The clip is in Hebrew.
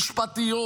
משפטיות